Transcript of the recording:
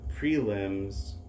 prelims